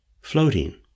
floating